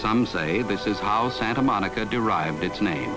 some say this is how santa monica derived its name